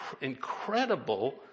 incredible